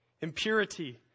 impurity